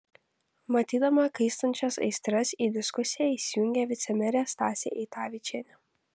matydama kaistančias aistras į diskusiją įsijungė vicemerė stasė eitavičienė